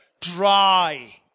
dry